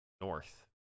north